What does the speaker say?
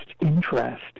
interest